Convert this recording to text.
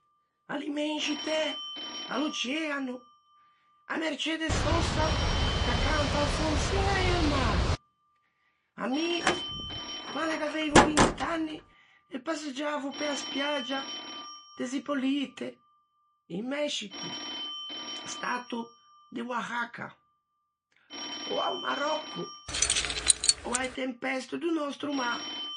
À l'immenscitæ, à l'oceano, à Mercedes Sosa ch'a canta "Alfonsina y el mar", à mi quande gh'aveivo vint'anni e passaggiavo pe-a spiagia de Zipolite, in Mescico, stato de Oaxaca, a-o Maròcco. Ò a-e tempeste do nòstro mâ.